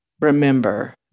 Remember